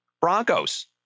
Broncos